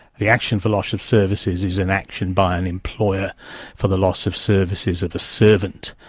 the action for loss of services is an action by an employer for the loss of services of a servant,